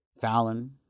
Fallon